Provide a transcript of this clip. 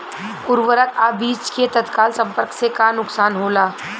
उर्वरक अ बीज के तत्काल संपर्क से का नुकसान होला?